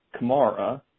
Kamara